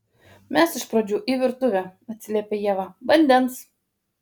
mes iš pradžių į virtuvę atsiliepia ieva vandens